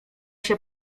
się